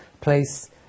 place